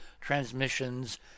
transmissions